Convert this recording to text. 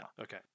Okay